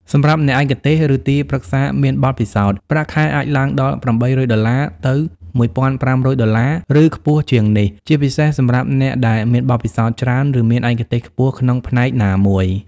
សម្រាប់អ្នកឯកទេស ឬទីប្រឹក្សាមានបទពិសោធន៍ ប្រាក់ខែអាចឡើងដល់ $800 ទៅ $1,500 (USD) ឬខ្ពស់ជាងនេះ ជាពិសេសសម្រាប់អ្នកដែលមានបទពិសោធន៍ច្រើន ឬមានឯកទេសខ្ពស់ក្នុងផ្នែកណាមួយ។